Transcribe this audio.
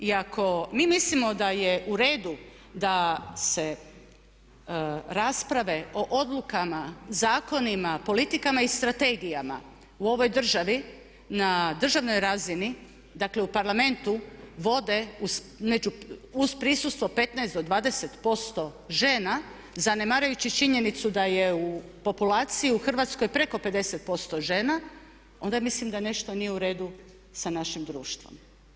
I ako mi mislimo da je u redu da se rasprave o odlukama, zakonima, politikama i strategijama u ovoj državi na državnoj razini dakle u Parlamentu vode uz prisustvo 15% do 20% žena zanemarujući činjenicu da je u populaciji u Hrvatskoj preko 50% žena onda mislim da nešto nije u redu sa našim društvom.